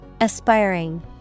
Aspiring